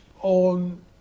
on